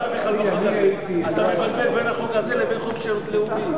אתה מבלבל בין החוק הזה לבין חוק שירות לאומי,